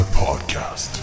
podcast